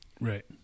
Right